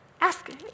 Ask